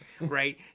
right